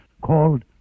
called